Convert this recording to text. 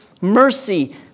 mercy